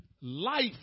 Life